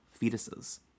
fetuses